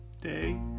day